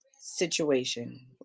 situation